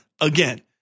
again